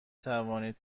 توانید